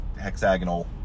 hexagonal